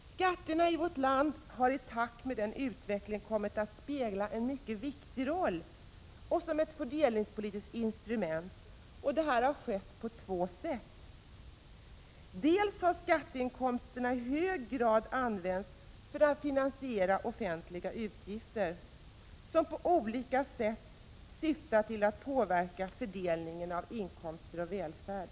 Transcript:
Skatterna i vårt land har i takt med denna utveckling kommit att spela en viktig roll som fördelningspolitiskt instrument. Det har skett på två sätt: e Dels har skatteinkomsterna i hög grad använts för att finansiera offentliga utgifter som på olika sätt syftat till att påverka fördelningen av inkomster och välfärd.